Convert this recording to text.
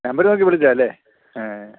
number നോക്കി വിളിച്ചതാ അല്ലേ ആ